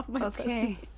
okay